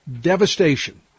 devastation